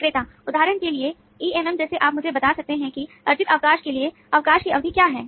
विक्रेता उदाहरण के लिए ईएमएम जैसे आप मुझे बता सकते हैं कि अर्जित अवकाश के लिए अवकाश की अवधि क्या है